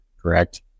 correct